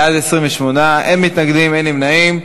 בעד, 28, אין מתנגדים ואין נמנעים.